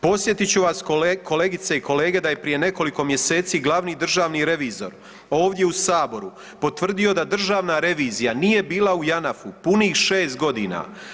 Podsjetit ću vas kolegice i kolege da je prije nekoliko mjeseci glavni državni revizor ovdje u Saboru potvrdio da državna revizija nije bila u Janafu punih 6 godina.